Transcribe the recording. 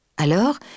Alors